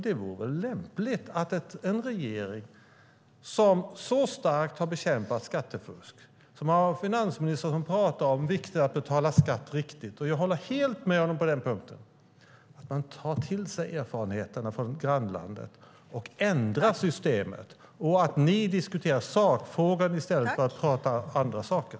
Det vore lämpligt att en regering som så starkt har bekämpat skattefusk och har en finansminister som talar om vikten av att betala riktig skatt - och jag håller helt med honom på den punkten - tar till sig erfarenheterna från grannlandet och ändrar systemet. Ni borde diskutera sakfrågan i stället för att tala om andra saker.